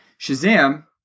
Shazam